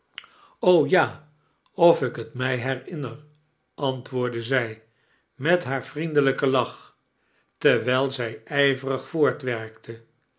ja of ik t mij herinaer antwoordde zij met haar vriendelijken lach tarwijl zij ijverig voortwericte